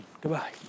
Goodbye